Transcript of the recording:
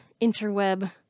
interweb